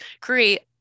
create